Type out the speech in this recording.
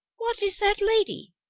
what is that lady?